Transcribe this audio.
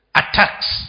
attacks